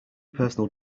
personal